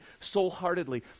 soul-heartedly